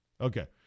Okay